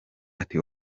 ati